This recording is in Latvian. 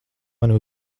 mani